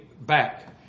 back